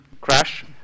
crash